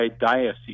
diocese